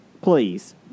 please